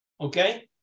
Okay